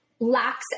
Lacks